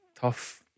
tough